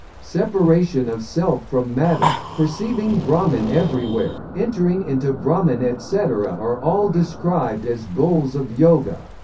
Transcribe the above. separation of self from matter, perceiving brahman everywhere, entering into brahman etc. are all described as goals of yoga.